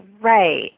right